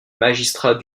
magistrat